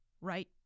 right